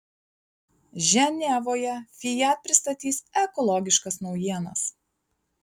ženevoje fiat pristatys ekologiškas naujienas